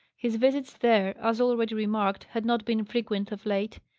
his visits there, as already remarked, had not been frequent of late.